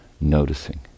Noticing